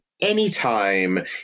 anytime